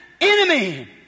enemy